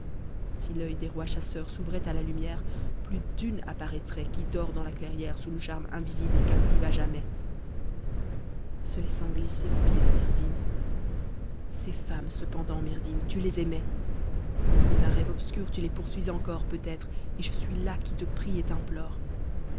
si l'œil des rois chasseurs s'ouvrait à la lumière plus d'une apparaîtrait qui dort dans la clairière sous le charme invisible et captive à jamais se atmm m mmt m j mh ces femmes cependant myrdhinn tu tes aimais au fond d'un rêve obscur tu les poursuis encore peut-être et je suis là qui te prie et t'implore